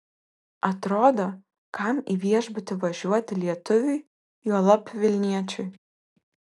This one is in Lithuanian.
atrodo kam į viešbutį važiuoti lietuviui juolab vilniečiui